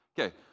Okay